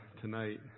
tonight